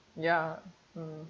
ya mm